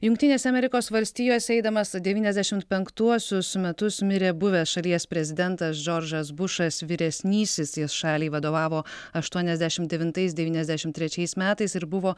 jungtinėse amerikos valstijose eidamas devyniasdešimt penktuosius metus mirė buvęs šalies prezidentas džordžas bušas vyresnysis jis šaliai vadovavo aštuoniasdešimt devintais devyniasdešimt trečiais metais ir buvo